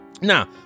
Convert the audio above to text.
Now